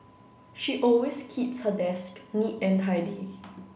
she always keeps her desk neat and tidy